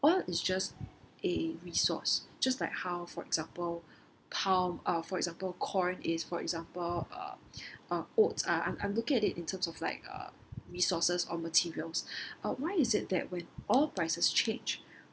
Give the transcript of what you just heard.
well it's just a resource just like how for example palm uh for example corn is for example uh uh oats I'm I'm looking at it in terms of like uh resources or materials uh why is it that when oil prices change